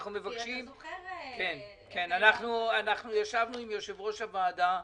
ישבנו עם יושב-ראש הוועדה